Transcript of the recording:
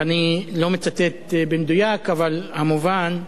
ואני לא מצטט במדויק, אבל המובן,